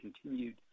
continued